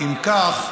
אם כך,